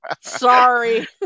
Sorry